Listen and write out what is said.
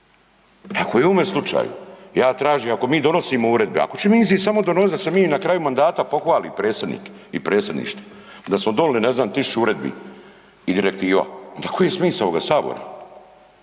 Ako je u ovome slučaju ja tražim ako mi donosimo uredbe, ako ćemo mi njih donositi da se mi na kraju mandata pohvali predsjednik i predsjedništvo, da smo donijeli tisuću uredbi i direktiva onda koji je smisao ovog Sabora,